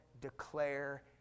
declare